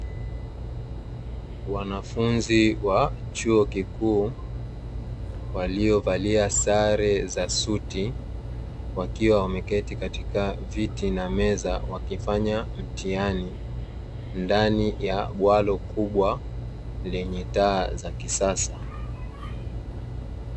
Wanafunzi wa chuo kikuu waliovalia sare za suti, wakiwa wameketi katika viti na meza wakifanya mtihani ndani ya bwalo kubwa lenye taa za kisasa.